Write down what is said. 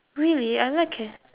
really I like eh